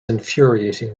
infuriating